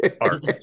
art